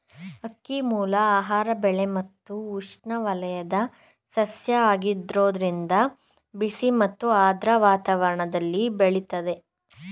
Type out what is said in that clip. ಅಕ್ಕಿಮೂಲ ಆಹಾರ ಬೆಳೆ ಮತ್ತು ಉಷ್ಣವಲಯದ ಸಸ್ಯ ಆಗಿರೋದ್ರಿಂದ ಬಿಸಿ ಮತ್ತು ಆರ್ದ್ರ ವಾತಾವರಣ್ದಲ್ಲಿ ಬೆಳಿತದೆ